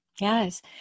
Yes